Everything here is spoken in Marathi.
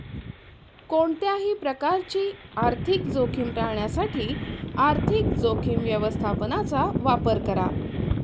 कोणत्याही प्रकारची आर्थिक जोखीम टाळण्यासाठी आर्थिक जोखीम व्यवस्थापनाचा वापर करा